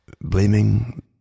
blaming